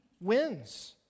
wins